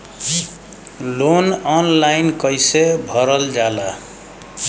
Loan online कइसे भरल जाला?